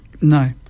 No